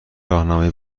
راهنمای